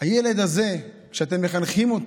הילד הזה שאתם מחנכים,